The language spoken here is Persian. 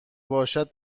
باشد